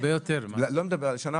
אני מדבר על שנה